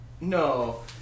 No